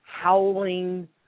howling